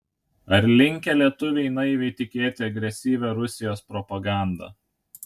ar linkę lietuviai naiviai tikėti agresyvia rusijos propaganda